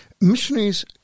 missionaries